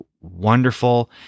wonderful